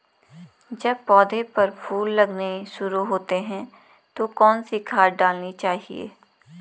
जब पौधें पर फूल लगने शुरू होते हैं तो कौन सी खाद डालनी चाहिए?